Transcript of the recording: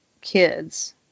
kids